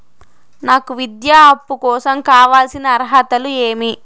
నాకు విద్యా అప్పు కోసం కావాల్సిన అర్హతలు ఏమి?